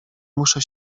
muszę